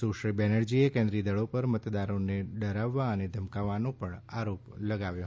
સુશ્રી બેનરજીએ કેન્દ્રીય દળો પર મતદારોને ડરાવવા ધમકાવવાનો પણ આરોપ લગાવ્યો